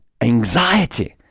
anxiety